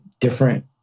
different